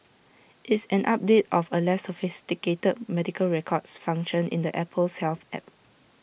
it's an update of A less sophisticated medical records function in the Apple's health app